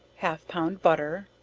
half pound butter,